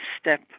step